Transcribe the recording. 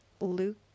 Luke